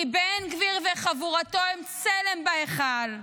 כי בן גביר וחבורתו הם צלם בהיכל.